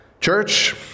Church